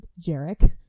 Jarek